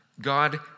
God